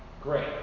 great